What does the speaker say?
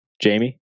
Jamie